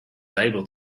able